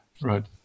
right